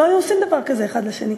לא היו עושים דבר כזה אחד לשני.